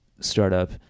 startup